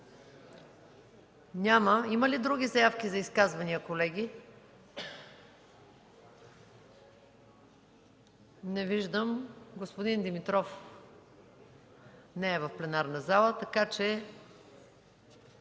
Няма. Има ли други заявки за изказвания, колеги? Не виждам. Господин Димитров не е в пленарната зала.